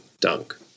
Dunk